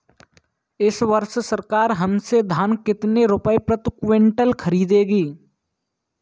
इस वर्ष सरकार हमसे धान कितने रुपए प्रति क्विंटल खरीदेगी?